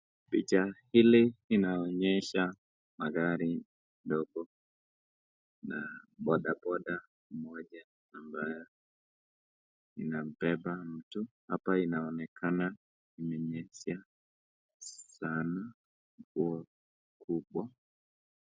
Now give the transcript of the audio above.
Picha hili inaonyesha magari ndogo na bodaboda moja ambaye anapepa mtu hapa inaonekana imenyesha sana kubwa.